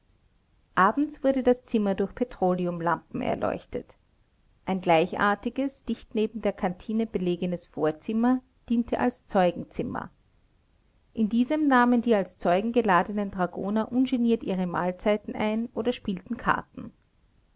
abends wurde das zimmer durch petroleumlampen erleuchtet ein gleichartiges dicht neben der kantine belegenes vorzimmer diente als zeugenzimmer in diesem nahmen die als zeugen geladenen dragoner ungeniert ihre mahlzeiten ein oder spielten karten